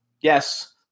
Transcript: Yes